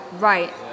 Right